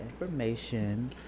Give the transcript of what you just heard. information